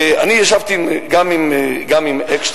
אני ישבתי גם עם אקשטיין,